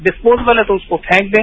disposable है तो उसको फेंक दें